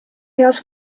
heas